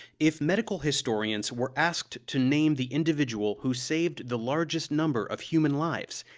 if medical historians were asked to name the individual who saved the largest number of human lives,